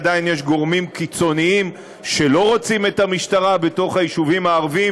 עדיין יש גורמים קיצוניים שלא רוצים את המשטרה בתוך היישובים הערביים,